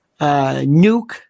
nuke